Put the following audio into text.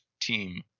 team